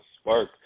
spark